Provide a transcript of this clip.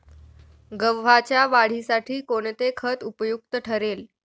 गव्हाच्या वाढीसाठी कोणते खत उपयुक्त ठरेल?